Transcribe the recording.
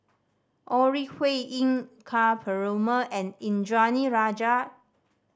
Ore Huiying Ka Perumal and Indranee Rajah